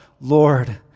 Lord